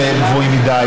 שהם גבוהים מדי,